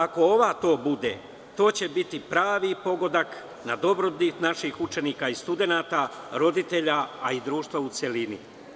Ako ova to bude, to će biti pravi pogodak na dobrobit naših učenika i studenata, roditelja, a i društva u celini.